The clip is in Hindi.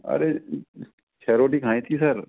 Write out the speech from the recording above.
अरे छः रोटी खाई थीं सर